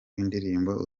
w’indirimbo